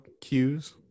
cues